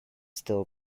still